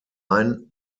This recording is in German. ein